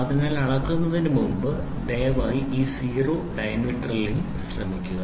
അതിനാൽ അളക്കുന്നതിന് മുമ്പ് ദയവായി ഈ സീറോ ഡയമീറ്റെർലിങ് ശ്രമിക്കുക